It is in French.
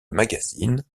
magazines